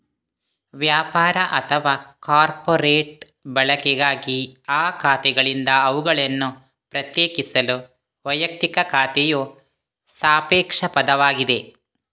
ವ್ಯಾಪಾರ ಅಥವಾ ಕಾರ್ಪೊರೇಟ್ ಬಳಕೆಗಾಗಿ ಆ ಖಾತೆಗಳಿಂದ ಅವುಗಳನ್ನು ಪ್ರತ್ಯೇಕಿಸಲು ವೈಯಕ್ತಿಕ ಖಾತೆಯು ಸಾಪೇಕ್ಷ ಪದವಾಗಿದೆ